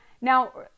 Now